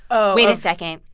ah wait a second,